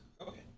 Okay